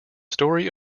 story